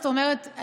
זאת אומרת,